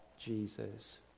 Jesus